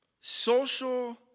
social